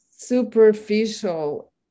superficial